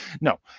No